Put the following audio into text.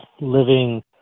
living